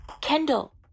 Kendall